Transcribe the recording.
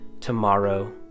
tomorrow